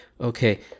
Okay